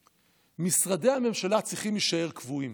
משרדי הממשלה צריכים להישאר קבועים.